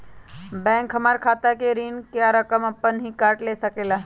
Bank हमार खाता से ऋण का रकम अपन हीं काट ले सकेला?